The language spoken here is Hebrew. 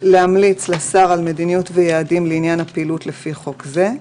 (2)להמליץ לשר על מדיניות ויעדים לעניין הפעילות לפי חוק זה".